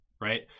right